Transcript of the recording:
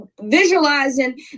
visualizing